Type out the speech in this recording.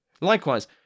Likewise